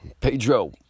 Pedro